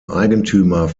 eigentümer